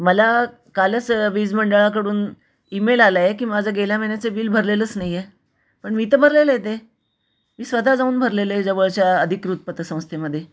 मला कालच वीजमंडळाकडून ईमेल आला आहे की माझं गेल्या महिन्याचे बिल भरलेलंच नाही आहे पण मी तर भरलेलं आहे ते मी स्वतः जाऊन भरले आहे जवळच्या अधिकृत पथसंस्थेमध्ये